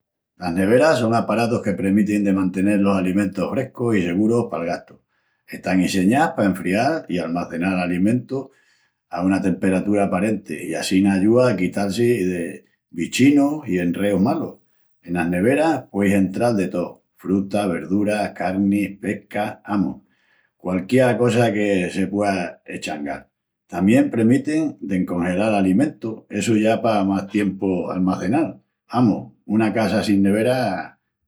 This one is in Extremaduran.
Las neveras son aparatus que premitin de mantenel los alimentus frescus i segurus pal gastu. Están inseñás pa enfrial i almacenal alimentus a una temperatura aparenti i assina ayúa a quital-si de bichinus i enreus malus. Enas neveras pueis entral de tó: frutas, verduras, carnis, pesca, amus, qualquiá cosa que se puea eschangal. Tamien premitin d'encongelal alimentus, essu ya pa más tiempu almacenal. Amus, una casa sin nevera...